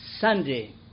Sunday